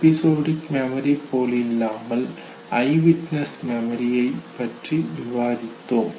episodic memory போலில்லாமல் eyewitness மெமரியை பற்றி விவாதித்தோம்